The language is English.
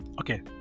okay